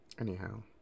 Anyhow